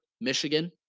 Michigan